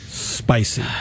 Spicy